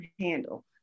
handle